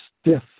stiff